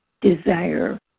desire